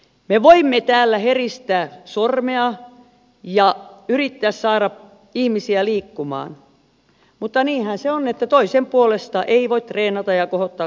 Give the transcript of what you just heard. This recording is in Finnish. me voimme täällä heristää sormea ja yrittää saada ihmisiä liikkumaan mutta niinhän se on että toisen puolesta ei voi treenata ja kohottaa kuntoa